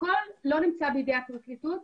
הכול לא נמצא בידי הפרקליטות,